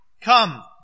Come